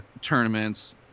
tournaments